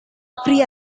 free